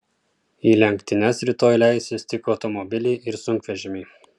į lenktynes rytoj leisis tik automobiliai ir sunkvežimiai